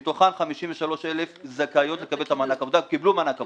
מתוכם 53 אלף זכאיות וקיבלו מענק עבודה.